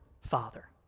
Father